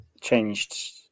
Changed